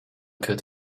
could